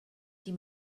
die